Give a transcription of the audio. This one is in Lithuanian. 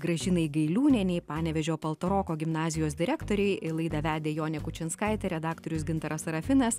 gražinai gailiūnienei panevėžio paltaroko gimnazijos direktorei laidą vedė jonė kučinskaitė redaktorius gintaras sarafinas